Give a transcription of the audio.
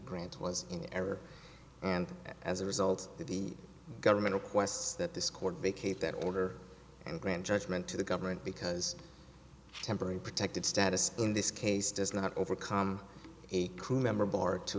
grant was in error and as a result the government requests that this court vacate that order and grant judgment to the government because temporary protected status in this case does not overcome a crew member bar to